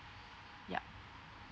ya